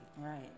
Right